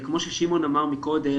כמו ששמעון אמר מקודם,